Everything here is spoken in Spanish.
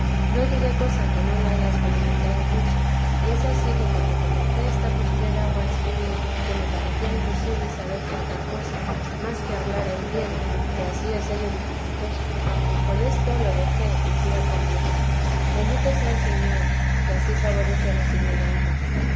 no diré cosa que no la haya experimentado mucho y es ansí que cuando comencé esta postrer agua a escribir que me parecía imposible saber tratar cosa más que hablar en griego que ansí es ello dificultoso con esto lo dejé y fui a comulgar bendito sea el señor que ansí favorece a los ignorantes